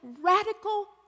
radical